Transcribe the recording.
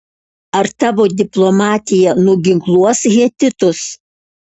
ar tavo diplomatija nuginkluos hetitus